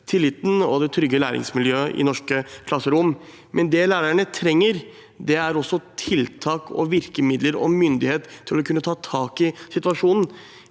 tilliten og det trygge læringsmiljøet i norske klasserom. Det lærerne også trenger, er tiltak, virkemidler og myndighet til å kunne ta tak i situasjonen.